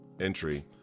entry